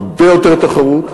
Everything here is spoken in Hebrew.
הרבה יותר תחרות.